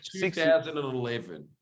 2011